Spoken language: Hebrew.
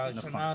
השנה הנוכחית.